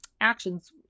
actions